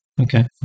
Okay